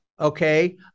okay